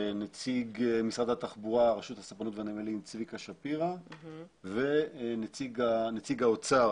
נציג משרד התחבורה רשות הספנות והנמלים צביקה שפירה ונציג האוצר,